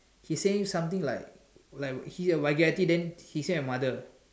he saying something like like he a vulgarity then he say a mother